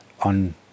on